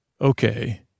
Okay